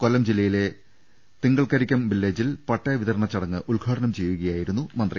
കൊല്ലം ജില്ലയിലെ തിങ്കൾകരിക്കം വില്ലേജിൽ പട്ടയ വിത രണ ചടങ്ങ് ഉദ്ഘാടനം ചെയ്യുകയായിരുന്നു മന്ത്രി